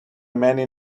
many